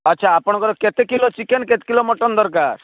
ଆଚ୍ଛା ଆପଣଙ୍କର କେତେ କିଲୋ ଚିକେନ୍ କେତେ କିଲୋ ମଟନ୍ ଦରକାର